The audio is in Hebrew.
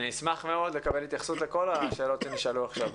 אני אשמח מאוד לקבל התייחסות על כל השאלות שנשאלו עכשיו.